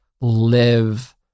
live